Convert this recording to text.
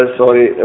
sorry